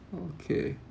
okay